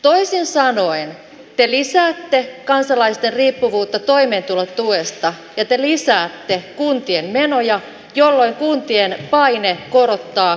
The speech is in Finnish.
toisin sanoen te lisäätte kansalaisten riippuvuutta toimeentulotuesta ja te lisäätte kuntien menoja jolloin kuntien paine korottaa kunnallisveroa kasvaa